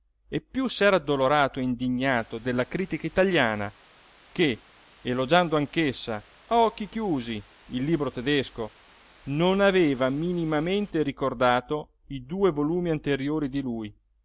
e piú s'era addolorato e indignato della critica italiana che elogiando anch'essa a occhi chiusi il libro tedesco non aveva minimamente ricordato i due volumi anteriori di lui